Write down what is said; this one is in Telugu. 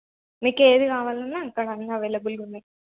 మీకు ఏది కావాలన్న ఇక్కడ అన్నీ అవైలబుల్గా ఉన్నాయి